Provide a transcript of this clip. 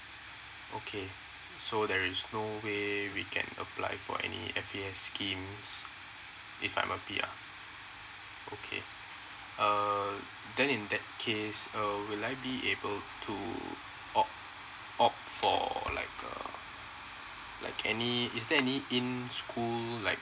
okay so there is no way we can apply for any F_A_S schemes if I'm a P_R okay uh then in that case uh will I be able to op op for or like uh like any is there any in school like